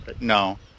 No